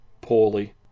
poorly